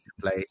play